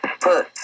put